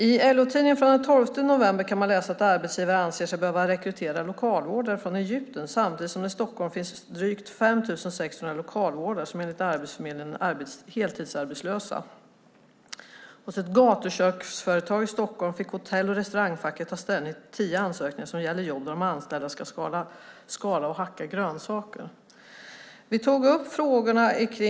I LO-tidningen från den 12 november kan man läsa att arbetsgivare anser sig behöva rekrytera lokalvårdare från Egypten, samtidigt som det i Stockholm finns drygt 5 600 lokalvårdare som enligt Arbetsförmedlingen är heltidsarbetslösa. Hos ett gatuköksföretag i Stockholm fick Hotell och Restaurangfacket ta ställning till tio ansökningar som gällde jobb där de anställda skulle skala och hacka grönsaker.